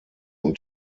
und